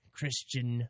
Christian